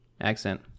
accent